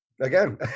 Again